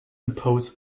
impose